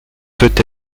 peut